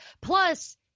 Plus